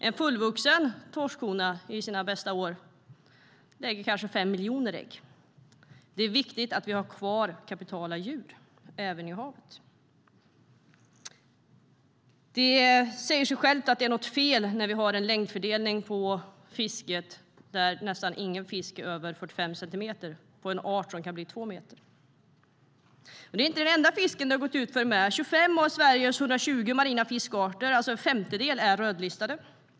En fullvuxen torskhona i sina bästa år lägger kanske 5 miljoner ägg. Det är viktigt att vi har kvar kapitala djur även i havet. Det säger sig självt att något är fel när vi har en längdfördelning på fisk där nästan ingen fisk är över 45 centimeter, det på en art som kan bli 2 meter. Torsken är dessutom inte den enda fiskart där det har gått utför. 25 av Sveriges 120 marina fiskarter, alltså en femtedel, är rödlistade.